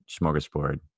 smorgasbord